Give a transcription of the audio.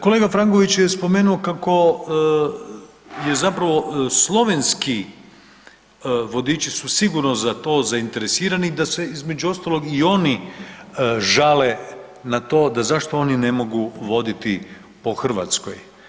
Kolega Franković je spomenuo kako je zapravo slovenski vodiči su sigurno za to zainteresirani i da se između ostalog i oni žale na to da zašto oni ne mogu voditi po Hrvatskoj.